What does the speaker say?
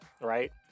right